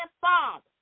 Father